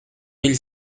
mille